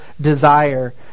desire